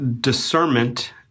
discernment